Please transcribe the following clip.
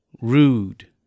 rude